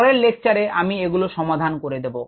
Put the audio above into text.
পরের লেকচারে আমি এগুলো সমাধান করে দেব